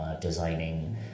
designing